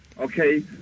okay